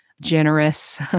generous